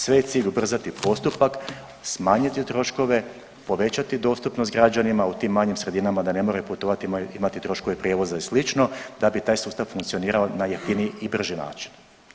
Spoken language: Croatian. Sve je cilj ubrzati postupak, smanjiti troškove, povećati dostupnost građanima u tim manjim sredinama da ne moraju putovati, imati troškove i slično da bi taj sustav funkcionirao na jeftiniji i brži način.